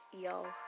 y'all